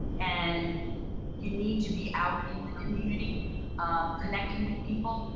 and you need to be out in the community connecting with people,